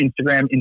Instagram